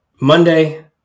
Monday